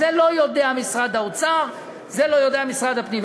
זה לא יודע משרד האוצר, זה לא יודע משרד הפנים.